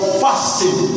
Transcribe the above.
fasting